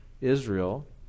Israel